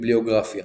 ביבליוגרפיה